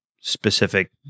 specific